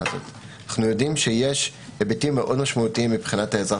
אנו יודעים שיש היבטים מאוד משמעותיים מבחינת האזרח,